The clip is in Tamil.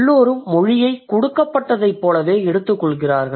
எல்லோரும் மொழியைக் கொடுக்கப்பட்டதைப்போல எடுத்துக்கொள்கிறார்கள்